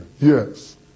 Yes